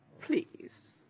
Please